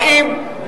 האם,